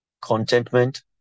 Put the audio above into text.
Contentment